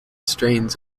strains